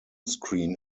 screen